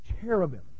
cherubim